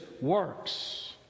works